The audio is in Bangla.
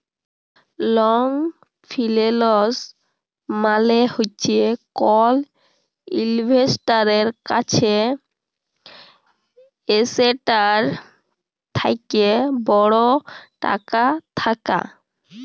লং ফিল্যাল্স মালে হছে কল ইল্ভেস্টারের কাছে এসেটটার থ্যাকে বড় টাকা থ্যাকা